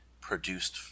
produced